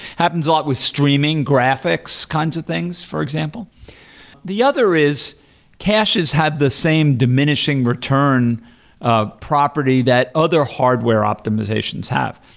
happens a lot with streaming, graphics kinds of things for example the other is caches have the same diminishing return ah property that other hardware optimizations have.